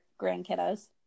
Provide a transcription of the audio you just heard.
grandkiddos